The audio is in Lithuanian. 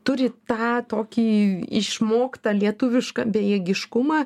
turi tą tokį išmoktą lietuvišką bejėgiškumą